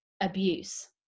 abuse